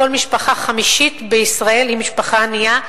משפחה חמישית כמעט בישראל שהיא משפחה ענייה.